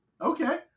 Okay